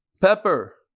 pepper